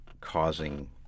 causing